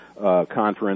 conference